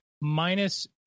Minus